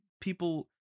people